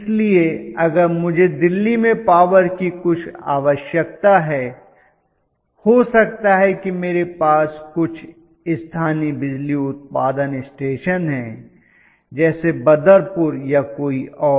इसलिए अगर मुझे दिल्ली में पावर की कुछ आवश्यकता है हो सकता है कि मेरे पास कुछ स्थानीय बिजली उत्पादन स्टेशन हैं जैसे बदरपुर या कोई और